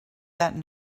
that